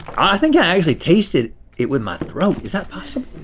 i think i actually tasted it with my throat, is that possible?